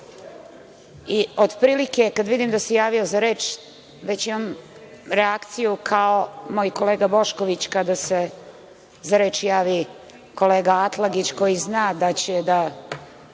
i otprilike kada vidim da se javio za reč već imam reakciju kao moj kolega Bošković kada se za reč javi kolega Atlagić koji zna da će da